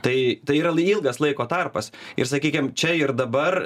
tai tai yra l ilgas laiko tarpas ir sakykim čia ir dabar